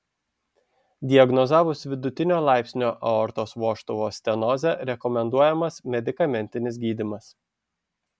diagnozavus vidutinio laipsnio aortos vožtuvo stenozę rekomenduojamas medikamentinis gydymas